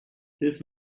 this